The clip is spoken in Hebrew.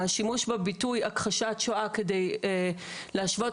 השימוש בביטוי הכחשת שואה כדי להשוות